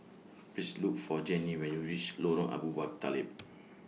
Please Look For Jenny when YOU REACH Lorong Abu Talib